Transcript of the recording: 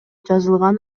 жазылган